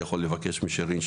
אני יכול לדבר עם שירין,